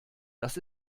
das